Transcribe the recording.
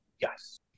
Yes